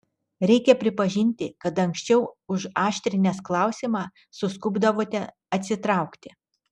reikia pripažinti kad anksčiau užaštrinęs klausimą suskubdavote atsitraukti